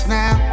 now